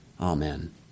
Amen